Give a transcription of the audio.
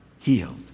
healed